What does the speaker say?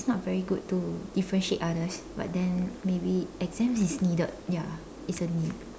not very good to differentiate others but then maybe exam is needed ya it's a need